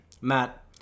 Matt